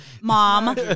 mom